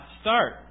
start